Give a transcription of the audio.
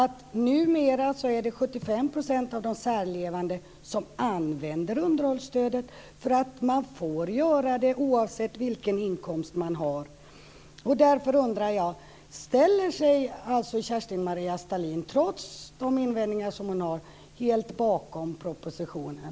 Numera är det 75 % av de särlevande som använder underhållsstödet för att man får göra det oavsett vilken inkomst man har. Därför undrar jag: Ställer sig alltså Kerstin Maria Stalin trots de invändningar som hon har helt bakom propositionen?